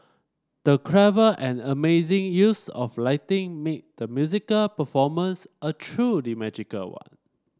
the clever and amazing use of lighting made the musical performance a truly magical one